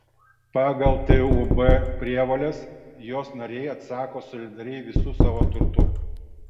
pagal tūb prievoles jos nariai atsako solidariai visu savo turtu